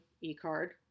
e-card